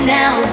now